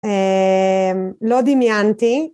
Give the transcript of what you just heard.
לא דמיינתי